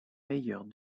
meilleurs